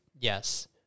Yes